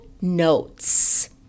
notes